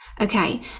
Okay